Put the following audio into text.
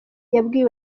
yabwiye